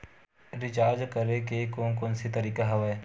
Recharge करे के कोन कोन से तरीका हवय?